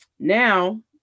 Now